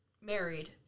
married